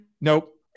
Nope